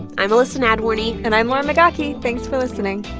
i'm elissa nadworny and i'm lauren migaki. thanks for listening